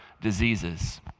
diseases